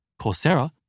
Coursera